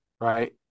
right